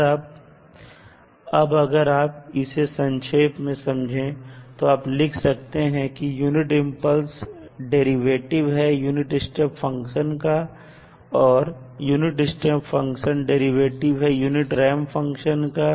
अब अगर आप इसे संक्षेप में समझे तो आप लिख सकते हैं की यूनिट इंपल्स डेरिवेटिव है यूनिट स्टेप फंक्शन का और यूनिट स्टेप फंक्शन डेरिवेटिव है यूनिट रैंप फंक्शन का